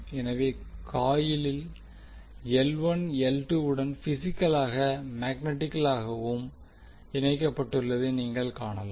எனவே காயில் உடன் பிசிக்கலாகவும் மேக்னட்டிகலாகவும் இணைக்கப்பட்டுள்ளதை நீங்கள் காணலாம்